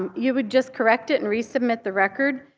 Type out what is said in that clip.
um you would just correct it and resubmit the record.